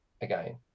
again